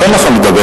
אני אתן לך לדבר.